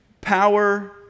power